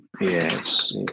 Yes